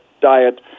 diet